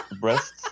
breasts